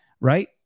Right